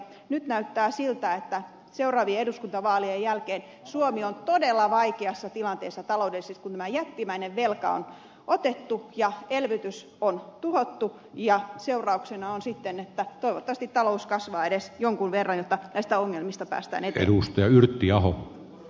nyt näyttää siltä että seuraavien eduskuntavaalien jälkeen suomi on todella vaikeassa tilanteessa taloudellisesti kun tämä jättimäinen velka on otettu ja elvytys on tuhottu ja seurauksena on sitten että toivottavasti talous kasvaa edes jonkun verran että näistä ongelmista päästään eteenpäin